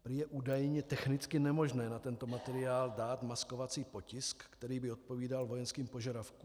Prý je údajně technicky nemožné na tento materiál dát maskovací potisk, který by odpovídal vojenským požadavkům.